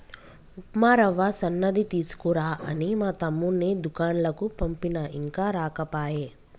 ఉప్మా రవ్వ సన్నది తీసుకురా అని మా తమ్ముణ్ణి దూకండ్లకు పంపిన ఇంకా రాకపాయె